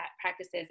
practices